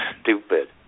stupid